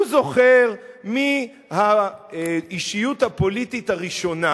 הוא זוכר מי האישיות הפוליטית הראשונה